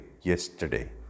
yesterday